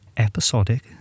Episodic